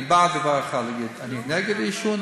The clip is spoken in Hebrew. אני בא להגיד דבר אחד: אני נגד עישון,